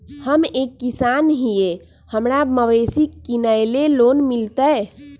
हम एक किसान हिए हमरा मवेसी किनैले लोन मिलतै?